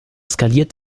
skaliert